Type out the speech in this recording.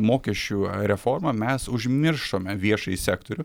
mokesčių reformą mes užmiršome viešąjį sektorių